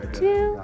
two